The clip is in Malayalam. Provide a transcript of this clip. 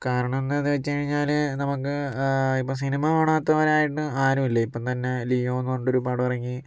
കാരണം എന്താണെന്ന് വച്ച് കഴിഞ്ഞാല് നമുക്ക് ഇപ്പം സിനിമ കാണാത്തവരായിട്ട് ആരുമില്ല ഇപ്പം തന്നെ ലിയോന്ന് പറഞ്ഞിട്ടൊരു പടം ഇറങ്ങി